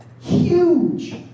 Huge